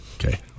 okay